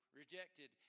rejected